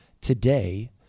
today